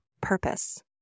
purpose